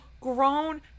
grown